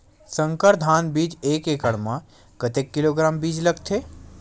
संकर धान बीज एक एकड़ म कतेक किलोग्राम बीज लगथे?